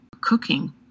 cooking